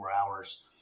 hours